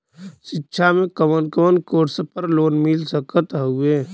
शिक्षा मे कवन कवन कोर्स पर लोन मिल सकत हउवे?